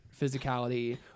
physicality